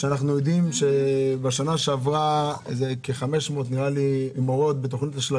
בשנה שעברה כ-500 מורות בתוכנית הזו